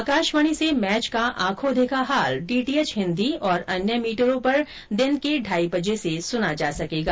आकाशवाणी से मैच का आंखों देखा हाल डीटीएच हिंदी और अन्य मीटरों पर दिन के ढाई बजे से सुना जा सकेगा